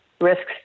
Risks